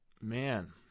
man